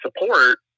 support